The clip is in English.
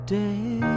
day